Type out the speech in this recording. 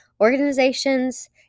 Organizations